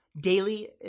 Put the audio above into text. Daily